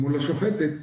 מול השופטת,